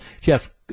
Jeff